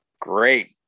great